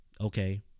okay